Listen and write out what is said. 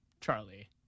charlie